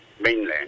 mainland